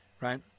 right